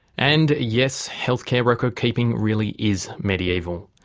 and yes health care record keeping really is medieval.